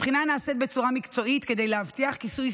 הבחינה נעשית בצורה מקצועית כדי להבטיח כיסוי